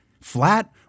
flat